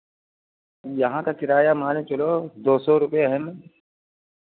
यहाँ का किराया मान के चलो दो सौ रुपये है मैम